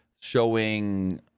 showing